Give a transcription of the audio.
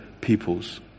peoples